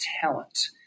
talent